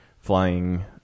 flying